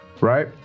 right